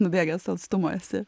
nubėgęs atstumą esi